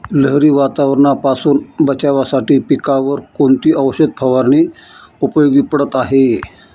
लहरी वातावरणापासून बचावासाठी पिकांवर कोणती औषध फवारणी उपयोगी पडत आहे?